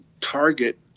target